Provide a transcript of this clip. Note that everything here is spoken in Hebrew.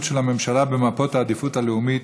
של הממשלה במפות העדיפות הלאומית.